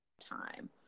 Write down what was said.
time